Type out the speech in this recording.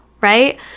right